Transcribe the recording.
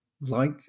light